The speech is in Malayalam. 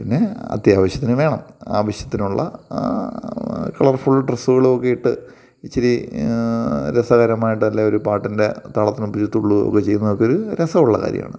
പിന്നെ അത്യാവശത്തിന് വേണം ആവശ്യത്തിനുള്ള ഫുൾ ഡ്രസ്സുകളുമൊക്കെ ഇട്ട് ഇച്ചിരി രസകരമായിട്ട് അല്ലെ ഒരു പാട്ടിന്റെ താളത്തിനൊത്ത് ഈ തുള്ളുകയൊക്കെ ചെയ്യുന്നത് ഒരു രസമുള്ള കാര്യമാണ്